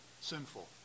sinful